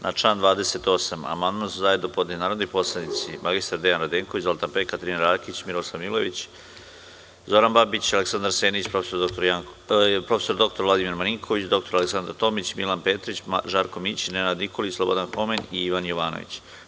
Na član 28. amandman su zajedno podneli narodni poslanici mr Dejan Radenković, Zoltan Pek, Katarina Rakić, Miloslav Milojević, Zoran Babić, Aleksandar Senić, prof. dr Vladimir Marinković, dr Aleksandra Tomić, Milan Petrić, Žarko Mićin, Nenad Nikolić, Slobodan Homen i Ivan Jovanović.